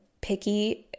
picky